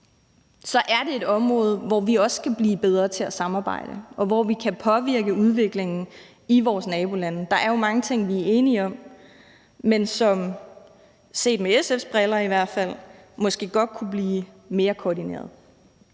er det et område, hvor vi også kan blive bedre til at samarbejde, og hvor vi kan påvirke udviklingen i vores nabolande. Der er jo mange ting, vi er enige om, men som set med SF's briller i hvert fald måske godt kunne blive mere koordineret.